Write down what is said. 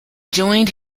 joined